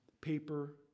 paper